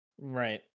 Right